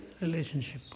relationship